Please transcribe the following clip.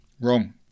Wrong